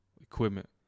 equipment